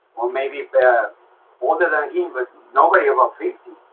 or maybe they're older than him but nobody um um fifty.